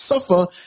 suffer